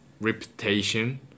reputation